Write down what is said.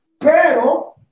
Pero